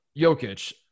Jokic